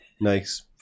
Nice